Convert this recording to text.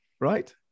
right